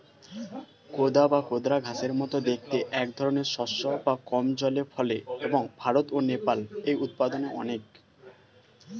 কোদা বা কোদরা ঘাসের মতো দেখতে একধরনের শস্য যা কম জলে ফলে এবং ভারত ও নেপালে এর উৎপাদন অনেক